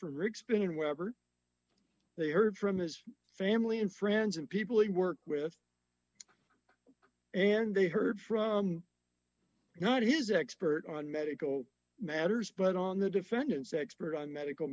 from rick spin and whatever they heard from his family and friends and people he worked with and they heard from not his expert on medical matters but on the defendant's expert on medical